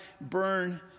burn